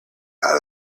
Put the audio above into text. out